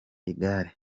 igare